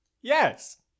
Yes